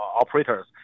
operators